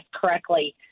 correctly